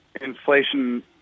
inflation